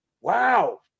Wow